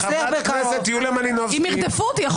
אגב, לא צריך לחכות ליום חמישי בשביל זה.